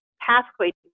pathway